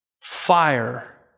fire